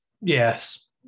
Yes